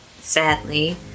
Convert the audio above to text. sadly